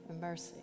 mercy